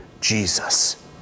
Jesus